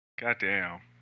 Goddamn